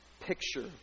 picture